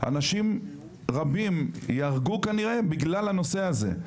אנשים רבים יהרגו כנראה בגלל הנושא הזה.